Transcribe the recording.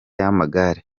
y’amagare